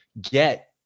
get